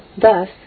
Thus